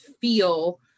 feel